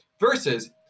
Versus